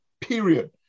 period